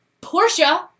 Portia